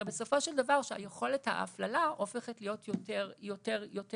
הרי בסופו של דבר יכולת ההפללה הופכת להיות יותר קלה.